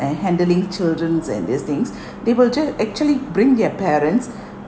and handling children's and these things they will ju~ actually bring their parents